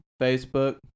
Facebook